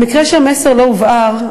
למקרה שהמסר לא הובהר,